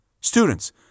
Students